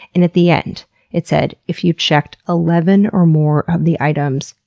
and at the end it said if you checked eleven or more of the items,